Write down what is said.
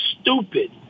stupid